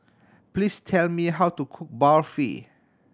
please tell me how to cook Barfi